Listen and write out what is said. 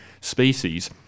species